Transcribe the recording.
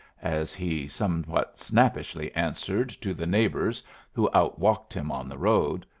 as he somewhat snappishly answered to the neighbours who out-walked him on the road.